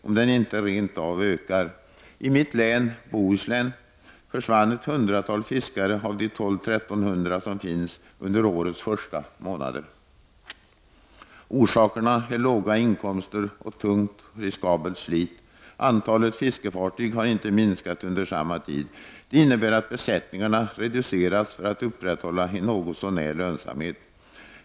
I mitt län, Bohuslän, försvann under årets första månader ett hundratal fiskare av de 1200-1300 som har funnits där. Orsaken är låga inkomster och tungt, riskabelt slit. Antalet fiskefartyg har inte minskat under samma tid. Det innebär att besättningarna har reducerats för att uppehålla en något så när lönsam verksamhet.